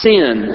Sin